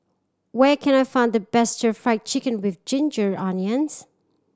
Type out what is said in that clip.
where can I find the best Stir Fry Chicken with ginger onions